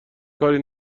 کاری